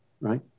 right